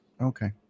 okay